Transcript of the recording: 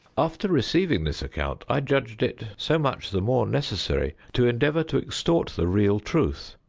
after receiving this account, i judged it so much the more necessary to endeavor to extort the real truth,